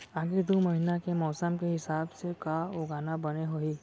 आगे दू महीना के मौसम के हिसाब से का उगाना बने होही?